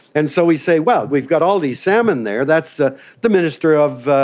and so we say, well, we've got all these salmon there, that's the the minister of